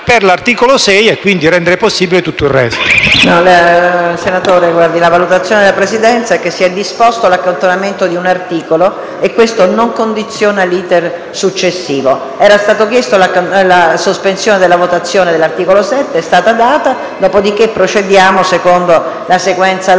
Senatore, la valutazione della Presidenza è che si è disposto l'accantonamento di un articolo e questo non condiziona l'*iter* successivo. Era stata chiesta la sospensione della votazione dell'articolo 7 ed è stata data. Ora procediamo secondo la sequenza logica